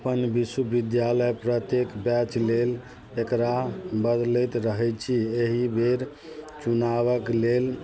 अपन विश्वविद्यालय प्रत्येक बैच लेल एकरा बदलैत रहैत छी एहिबेर चुनावके लेल